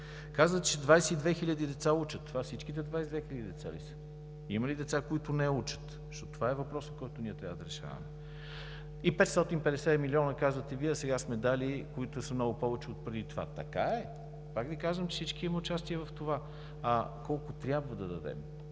Казвате, че 22 хиляди деца учат. Това всичките деца ли са? Има ли деца, които не учат? Защото това е въпросът, който ние трябва да решаваме. И 550 милиона – казвате Вие – сега сме дали, които са много повече от преди това. Така е. Повтарям, всички имаме участие в това. А колко трябва да дадем?